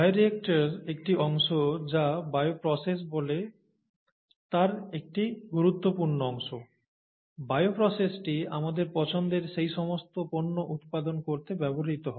bioreactor একটি অংশ যা বায়োপ্রসেস বলে তার একটি গুরুত্বপূর্ণ অংশ বায়োপ্রসেসটি আমাদের পছন্দের এই সমস্ত পণ্য উৎপাদন করতে ব্যবহৃত হয়